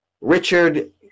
Richard